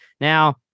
now